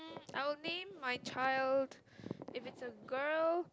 I'll name my child if it's a girl